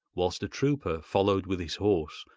whilst a trooper followed with his horse,